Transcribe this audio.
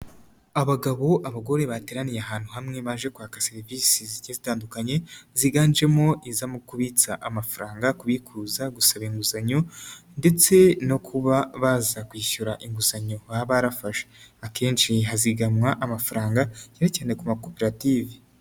Abagabo, abagore bateraniye ahantu hamwe baje kwaka serivisi zitandukanye ziganjemo iza kubitsa amafaranga, kubikuza, gusaba inguzanyo ndetse no kuba baza kwishyura inguzanyo baba barafashe, akenshi hazigamwa amafaranga cyane cyane ku makoperative.